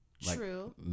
True